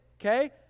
Okay